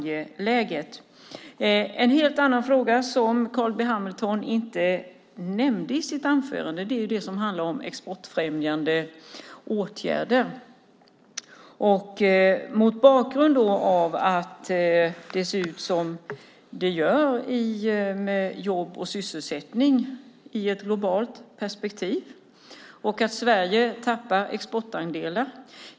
En fråga som Carl B Hamilton inte nämnde i sitt anförande gäller exportfrämjande åtgärder. Vi vet hur det ser ut med jobb och sysselsättning i ett globalt perspektiv och att Sverige tappar exportandelar.